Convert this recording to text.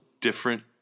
different